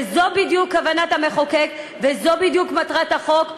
וזו בדיוק כוונת המחוקק וזו בדיוק מטרת החוק.